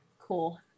Cool